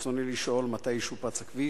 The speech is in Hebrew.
רצוני לשאול: 1. מתי ישופץ הכביש?